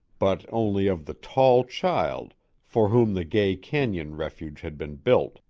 but only of the tall child for whom the gay canon refuge had been built,